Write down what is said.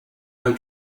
him